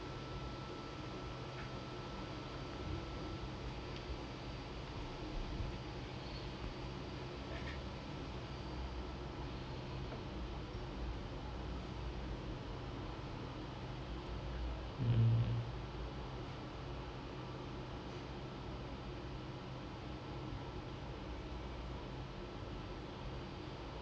mmhmm